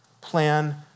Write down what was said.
plan